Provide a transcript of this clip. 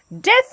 Death